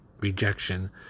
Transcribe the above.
rejection